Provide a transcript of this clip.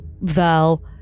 Val